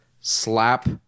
slap